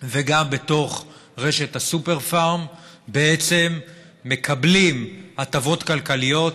וגם בתוך רשת הסופר פארם בעצם מקבלים הטבות כלכליות,